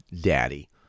Daddy